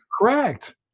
Correct